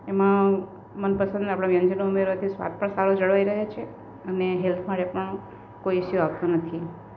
એમાં મનપસંદ આપણા વ્યંજનો રાખ્યાં છે એમાં સ્વાદ પણ સારો જળવાઈ રહે છે અને હેલ્થ માટે પણ કોઈ ઈસ્યુ આવતો નથી